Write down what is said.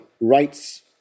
rights